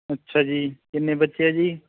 ਅੱਛਾ ਜੀ ਕਿੰਨੇ ਬੱਚੇ ਆ ਜੀ